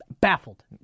Baffled